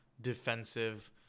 defensive